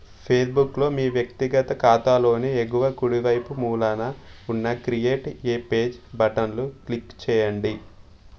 ఫేస్బుక్లో మీ వ్యక్తిగత ఖాతాలోని ఎగువ కుడివైపు మూలన ఉన్న క్రియేట్ ఏ పేజ్ బటన్లు క్లిక్ చేయండి